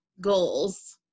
goals